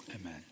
Amen